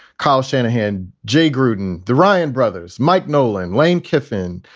kyle shanahan, jay gruden, the ryan brothers, mike nolan, lane kiffin,